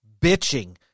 bitching